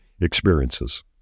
experiences